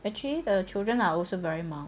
actually the children are also very mild